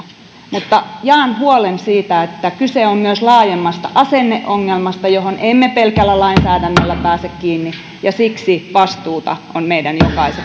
mutta jaan huolen siitä että kyse on myös laajemmasta asenneongelmasta johon emme pelkällä lainsäädännöllä pääse kiinni ja siksi vastuuta on meidän